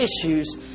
issues